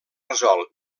resol